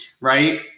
right